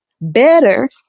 better